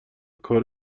کار